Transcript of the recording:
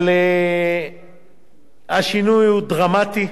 אבל השינוי הוא דרמטי.